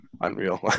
Unreal